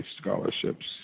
scholarships